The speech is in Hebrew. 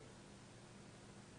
התשלום